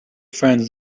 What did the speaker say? friends